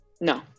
No